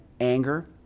Anger